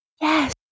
yes